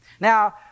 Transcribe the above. Now